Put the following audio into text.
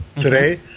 Today